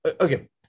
okay